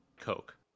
Coke